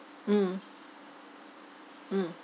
hmm mm